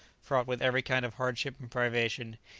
fraught with every kind of hardship and privation,